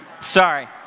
Sorry